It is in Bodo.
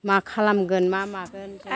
मा खालामगोन मा मागोन जायो